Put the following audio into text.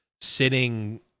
sitting